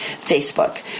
Facebook